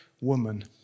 woman